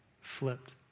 flipped